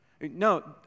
No